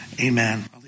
amen